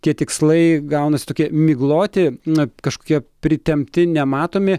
tie tikslai gaunasi tokie migloti na kažkokie pritempti nematomi